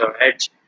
edge